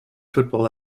football